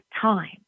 time